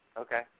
Okay